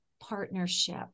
Partnership